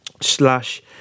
slash